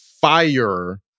fire